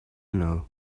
know